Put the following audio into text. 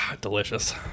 Delicious